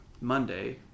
Monday